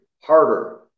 harder